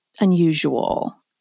unusual